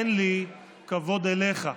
אין לי כבוד אליך.